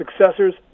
successors